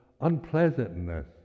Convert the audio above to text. unpleasantness